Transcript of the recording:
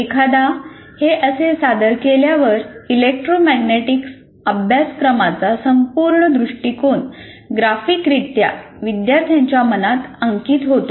एकदा हे असे सादर केल्यावर इलेक्ट्रोमॅग्नेटिक्स अभ्यासक्रमाचा संपूर्ण दृष्टीकोन ग्राफिकरित्या विद्यार्थ्यांच्या मनात अंकित होतो